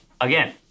again